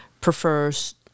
prefers